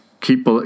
keep